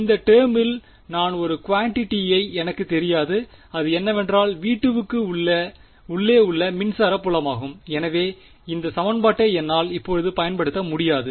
இந்த டெர்மில் நான் ஒரு குவான்டிட்டியை எனக்குத் தெரியாது அது என்னவென்றால் V2 வுக்கு உள்ளே உள்ள மின்சார புலமாகும் எனவே இந்த சமன்பாட்டை என்னால் இப்போது பயன்படுத்த முடியாது